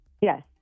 Yes